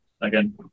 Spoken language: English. again